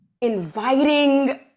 inviting